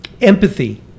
Empathy